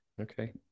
Okay